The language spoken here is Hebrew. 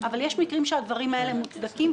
אבל יש מקרים שהדברים האלה מוצדקים.